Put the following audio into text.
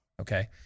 okay